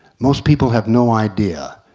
most people have no idea,